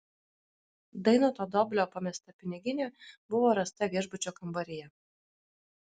dainoto doblio pamesta piniginė buvo rasta viešbučio kambaryje